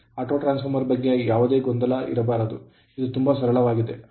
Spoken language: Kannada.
ಆಟೋಟ್ರಾನ್ಸ್ ಫಾರ್ಮರ್ ಬಗ್ಗೆ ಯಾವುದೇ ಗೊಂದಲಇರಬಾರದು ಇದು ತುಂಬಾ ಸರಳವಾಗಿದೆ